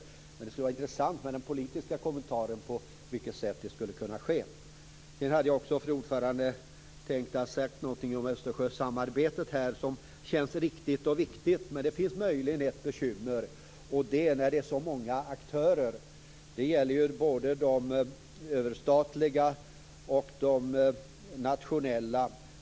Men det skulle vara intressant med en politisk kommentar till på vilket sätt det skulle kunna ske. Fru talman! Sedan hade jag också tänkt säga någonting om Östersjösamarbetet. Det känns riktigt och viktigt. Det finns möjligen ett bekymmer. Det är att det är så många aktörer. Det gäller både de överstatliga och de nationella.